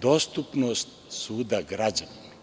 dostupnost suda građanima.